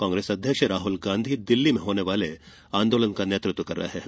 कांग्रेस अध्यक्ष राहल गांधी दिल्ली में होने वाले आंदोलन का नेतृत्व कर रहे हैं